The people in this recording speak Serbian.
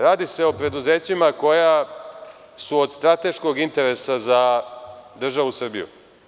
Radi se o preduzećima koja su od strateškog interesa za državu Srbiju.